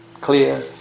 clear